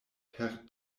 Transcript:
per